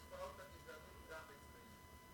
את תופעות הגזענות גם אצלנו.